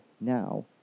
now